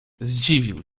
zdziwił